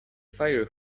fire